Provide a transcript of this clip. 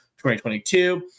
2022